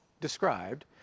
described